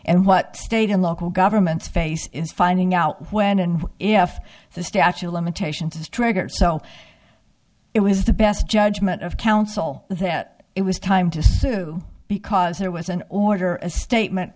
and what state and local governments face in finding out when and if the statute of limitations is triggered so it was the best judgment of counsel that it was time to sue because there was an order a statement